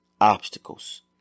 obstacles